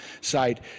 side